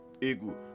ego